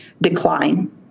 decline